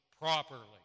properly